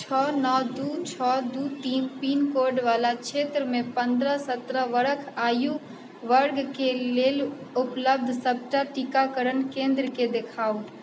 छओ नओ दू छओ दू तीन तीन पिन कोडवला क्षेत्रमे पनरह सतरह बरख आयु वर्गके लेल उपलब्ध सबटा टीकाकरण केन्द्रके देखाउ